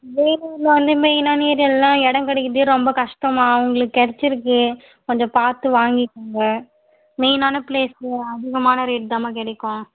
வேலூரில் வந்து மெயினான ஏரியாவுலலாம் இடம் கிடைக்கிறதே ரொம்ப கஷ்டம்மா உங்களுக்கு கிடச்சிருக்கு கொஞ்சம் பார்த்து வாங்கிக்கோங்க மெயினான ப்ளேஸ்ஸு அதிகமான ரேட் தான்மா கிடைக்கும்